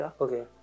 Okay